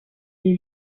est